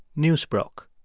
news broke.